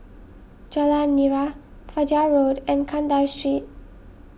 Jalan Nira Fajar Road and Kandahar Street